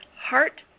heart